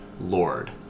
Lord